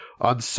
On